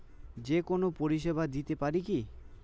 যে কোনো পরিষেবা দিতে পারি কি?